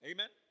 Amen